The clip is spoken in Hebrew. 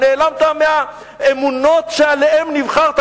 נעלמת מהאמונות שעליהן נבחרת.